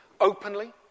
openly